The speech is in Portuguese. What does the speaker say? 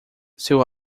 seu